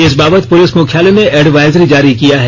इस बाबत पुलिस मुख्यालय ने एडवाइजरी जारी किया है